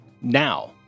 Now